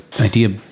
idea